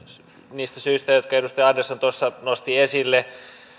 niistä syistä jotka edustaja andersson tuossa nosti esille